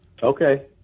Okay